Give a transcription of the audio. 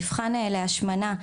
מבחן להשמנה,